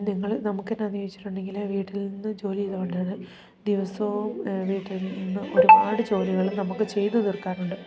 നിങ്ങൾ നമുക്കെന്നാന്ന് ചോദിച്ചിട്ടുണ്ടെങ്കിൽ വീട്ടിൽ നിന്ന് ജോലി ചെയ്തു കൊണ്ടുതന്നെ ദിവസവും വീട്ടിൽ നിന്ന് ഒരുപാട് ജോലികളും നമുക്ക് ചെയ്തു തീർക്കാനുണ്ട്